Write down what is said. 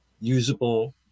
usable